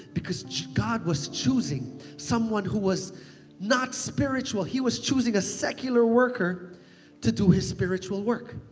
because god was choosing someone who was not spiritual. he was choosing a secular worker to do his spiritual work.